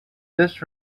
this